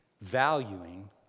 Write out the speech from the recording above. valuing